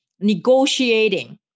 negotiating